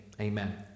Amen